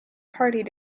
party